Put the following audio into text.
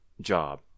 job